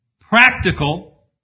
Practical